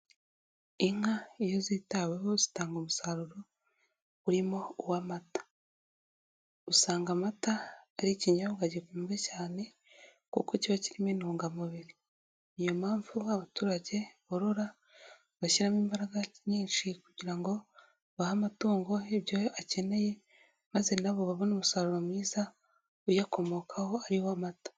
Inka iyo zitaweho zitanga umusaruro urimo uw'amata, usanga amata ari ikinyobwa gikundwa cyane kuko kiba kirimo intungamubiri, ni iyo mpamvu abaturage borora bashyiramo imbaraga nyinshi kugira ngo bahe amatungo ibyo akeneye maze na bo babone umusaruro mwiza uyakomokaho ari wo amata.